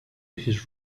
his